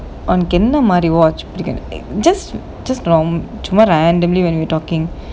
உனக்கு என்ன மாதிரி:unaku enna maathiri watch பிடிக்கும்னு:pidikumnu just just சும்மா:chumma randomly when we talking